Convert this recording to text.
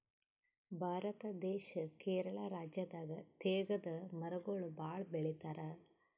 ಭಾರತ ದೇಶ್ ಕೇರಳ ರಾಜ್ಯದಾಗ್ ತೇಗದ್ ಮರಗೊಳ್ ಭಾಳ್ ಬೆಳಿತಾರ್